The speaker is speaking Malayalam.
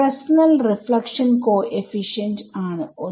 ഫ്രസ്ണെൽ റിഫ്ലക്ഷൻ കോഎഫിഷ്യൻറ് ആണ് ഒന്ന്